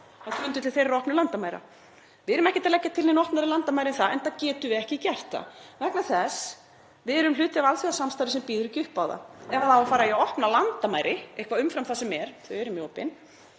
á grundvelli þeirra opnu landamæra. Við erum ekkert að leggja til nein opnari landamæri enda getum við ekki gert það vegna þess að við erum hluti af alþjóðasamstarfi sem býður ekki upp á það. Ef það á að fara í að opna landamæri eitthvað umfram það sem er, þau eru mjög opin,